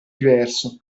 diverso